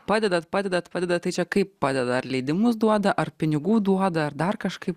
padedat padedat padedat tai čia kaip padeda ar leidimus duoda ar pinigų duoda ar dar kažkaip